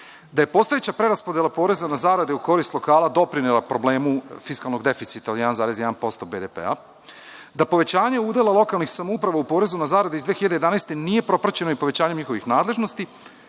da je postojeća preraspodela poreza na zarade u korist lokala doprinela problemu fiskalnog deficita od 1,1% BDP; da povećanjem udela lokalnih samouprava u porezu na zarade iz 2011. godine nije propraćeno povećanje njihovih nadležnosti